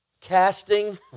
casting